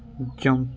jump